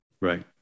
Right